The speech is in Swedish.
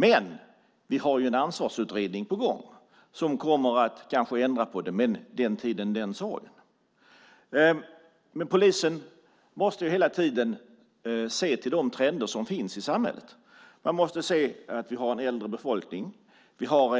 Men vi har en ansvarsutredning på gång som kanske kommer att ändra på det. Men den tiden, den sorgen. Polisen måste hela tiden se till de trender som finns i samhället. Man måste se att vi har en äldre befolkning. Vi har